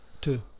Two